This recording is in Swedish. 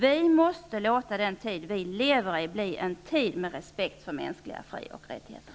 Vi måste låta den tid vi lever i bli en tid med respekt för mänskliga frioch rättigheter.